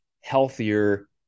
healthier